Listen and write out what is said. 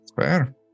Fair